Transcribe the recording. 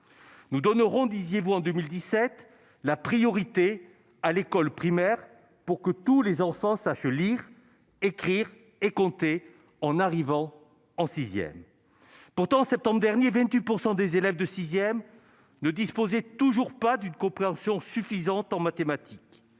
Nous donnerons la priorité à l'école primaire, pour que tous les élèves sachent lire, écrire et compter en arrivant en sixième. » Pourtant, en septembre dernier, 28 % des élèves de sixième ne disposaient toujours pas d'une compréhension suffisante en mathématiques.